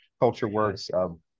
CultureWorks